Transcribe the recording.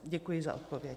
Děkuji za odpověď.